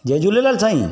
जय झूलेलाल साईं